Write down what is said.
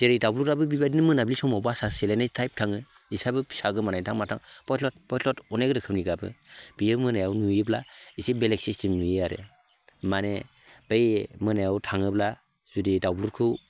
जेरै दाउब'आबो बेबादियनो मोनाबिलि सामव बासा सेलायनाय टाइप थाङो बिसोरहाबो फिसा गोमानायथां माथां बथ्लद बथ्लद अनेक रोखोमनि गाबो बियो मोनायाव नुयोब्ला एसे बेलेग सिस्टेम नुयो आरो माने बै मोनायाव थाङोब्ला जुदि दाउब'खौ